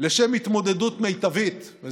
לשם התמודדות מיטבית עם אתגרי הקורונה,